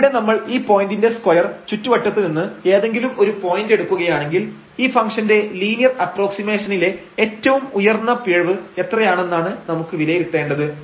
ഇവിടെ നമ്മൾ ഈ പോയന്റിന്റെ സ്ക്വയർ ചുറ്റുവട്ടത്ത് നിന്ന് ഏതെങ്കിലും ഒരു പോയന്റ് എടുക്കുകയാണെങ്കിൽ ഈ ഫംഗ്ഷന്റെ ലീനിയർ അപ്രോക്സിമേഷനിലെ ഏറ്റവും ഉയർന്ന പിഴവ് എത്രയാണെന്നാണ് നമുക്ക് വിലയിരുത്തേണ്ടത്